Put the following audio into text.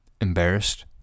Embarrassed